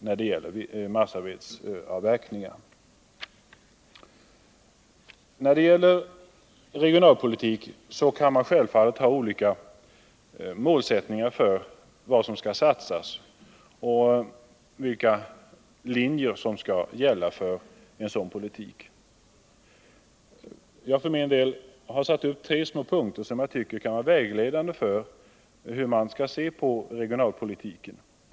När det gäller regionalpolitik kan man självfallet ha skilda målsättningar. dvs. olika uppfattningar om hur man skall satsa och vilka linjer man skall följa. Jag har satt tre punkter som kan vara vägledande för regionalpolitiken.